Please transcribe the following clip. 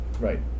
right